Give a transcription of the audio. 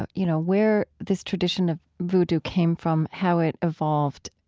but you know, where this tradition of vodou came from, how it evolved,